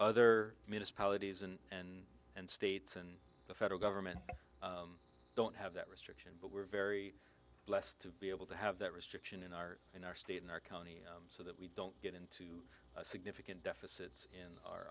other municipalities and states and the federal government don't have that restriction but we're very blessed to be able to have that restriction in our in our state in our county so that we don't get into difficult deficits in our